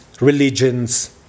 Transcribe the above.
religions